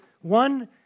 One